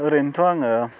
ओरैनोथ' आङो